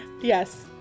yes